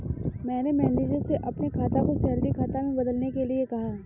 मैंने मैनेजर से अपने खाता को सैलरी खाता में बदलने के लिए कहा